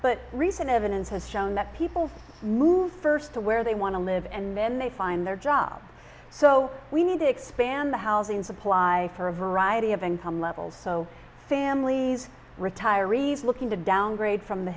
but recent evidence has shown that people move first to where they want to live and then they find their job so we need to expand the housing supply for a variety of income levels so families retirees looking to downgrade from the